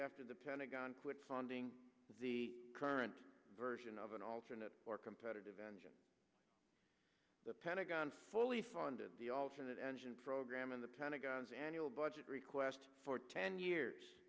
after the pentagon quit funding the current version of an alternate or competitive engine the pentagon fully funded the alternate engine program in the pentagon's annual budget request for ten years